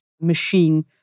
machine